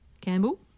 Campbell